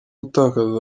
gutakaza